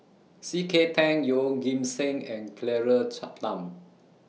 C K Tang Yeoh Ghim Seng and Claire Tham